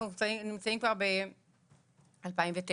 אנחנו נמצאים כבר ב-2009,